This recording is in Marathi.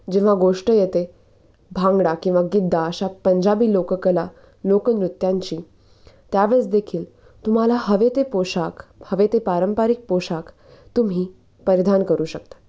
जेव्हा गोष्ट येते भांगडा किंवा गिद्दा अशा पंजाबी लोककला लोकनृत्यांची त्यावेळेस देखील तुम्हाला हवे ते पोशाख हवे ते पारंपरिक पोशाख तुम्ही परिधान करू शकता